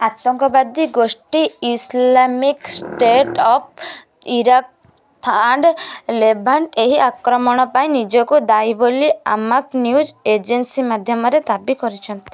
ଆତଙ୍କବାଦୀ ଗୋଷ୍ଠୀ Islamic State of Iraq and Levant ଏହି ଆକ୍ରମଣପାଇଁ ନିଜକୁ ଦାୟୀ ବୋଲି ଆମାକ୍ ନ୍ୟୁଜ୍ ଏଜେନ୍ସି ମାଧ୍ୟମରେ ଦାବି କରିଛନ୍ତି